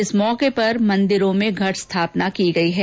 इस मौके पर मंदिरों में घट स्थापना की गई है